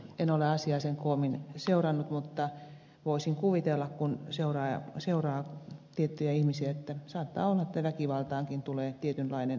en ole asiaa sen koommin seurannut mutta kun seuraa tiettyjä ihmisiä voisin kuvitella että saattaa olla että väkivaltaankin tulee tietynlainen riippuvuus